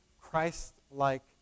Christ-like